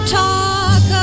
talk